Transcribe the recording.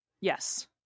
Yes